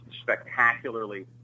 spectacularly